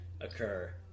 occur